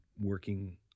working